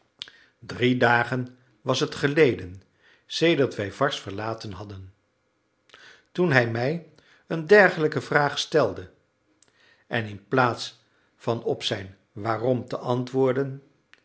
drie dagen was het geleden sedert wij varses verlaten hadden toen hij mij een dergelijke vraag stelde en inplaats van op zijn waarom te antwoorden